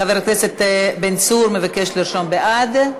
חבר הכנסת בן צור מבקש לרשום בעד.